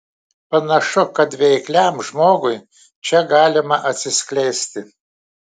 panašu kad veikliam žmogui čia galima atsiskleisti